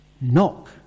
Knock